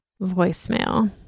voicemail